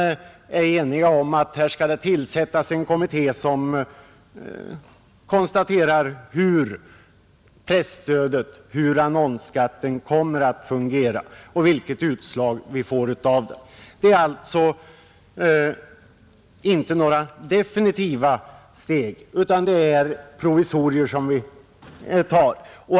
Utskottet är enigt om att det skall tillsättas en kommitté för att konstatera hur presstödet och annonsskatten kommer att fungera och vilket utslag vi får därav. Det är alltså inte några definitiva steg utan provisorier som vi tar.